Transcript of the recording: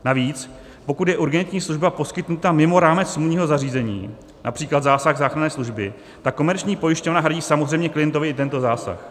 Navíc pokud je urgentní služba poskytnuta mimo rámec smluvního zařízení, například zásah záchranné služby, tak komerční pojišťovna hradí samozřejmě klientovi i tento zásah.